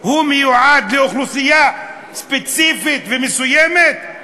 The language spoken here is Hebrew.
מיועד לאוכלוסייה ספציפית ומסוימת?